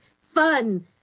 fun